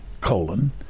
colon